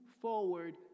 forward